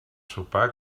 sopar